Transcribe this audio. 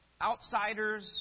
outsiders